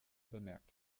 bemerkt